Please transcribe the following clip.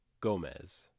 Gomez